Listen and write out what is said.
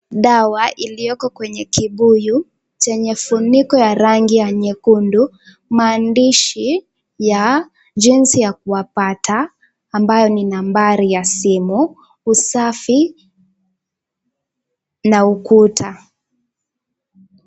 Dawa iliyoko kwenye kibuyu chenye funiko ya rangi ya nyekundu, maandishi ya jinsi kuwapata ambayo ni nambari ya simu, usafi na ukuta.